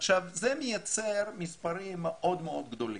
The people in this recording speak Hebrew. זה מייצר מספרים מאוד מאוד גדולים.